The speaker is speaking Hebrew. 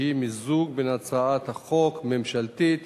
שהיא מיזוג של הצעת חוק ממשלתית